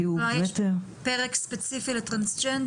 כי הוא באמת --- יש פרק ספציפי לטרנסג'נדרים?